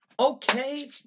Okay